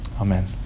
Amen